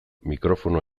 mikrofonoa